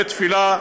בית-תפילה,